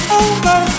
over